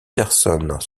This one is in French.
personnes